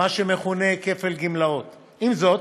עם זאת,